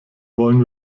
wollen